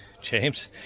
James